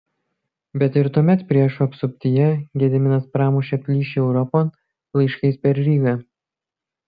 bet ir tuomet priešų apsuptyje gediminas pramušė plyšį europon laiškais per rygą